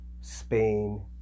Spain